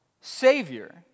Savior